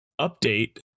update